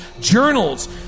journals